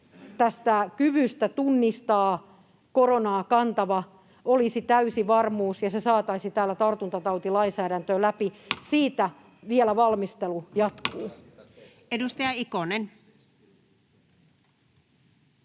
kyvystä tunnistaa koronaa kantava olisi täysi varmuus, ja se saataisiin täällä tartuntatautilainsäädäntöön läpi, siitä vielä valmistelu jatkuu. [Speech